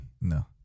No